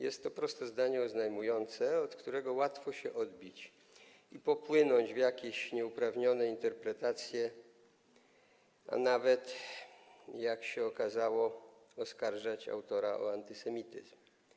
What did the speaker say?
Jest to proste zdanie oznajmujące, od którego łatwo się odbić i popłynąć w jakieś nieuprawnione interpretacje, a nawet, jak się okazało, oskarżać autora o antysemityzm.